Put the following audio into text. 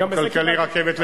כלכלי רכבת לבית-שאן,